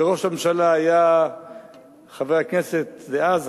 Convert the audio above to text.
וראש הממשלה היה חבר הכנסת דאז,